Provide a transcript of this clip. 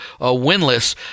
winless